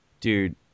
Dude